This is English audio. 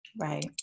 Right